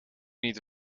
niet